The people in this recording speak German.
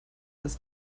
als